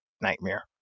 nightmare